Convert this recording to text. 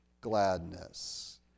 gladness